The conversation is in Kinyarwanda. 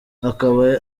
akaba